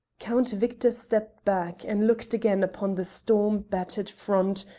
count victor stepped back and looked again upon the storm-battered front,